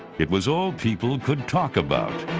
it was all people could talk about.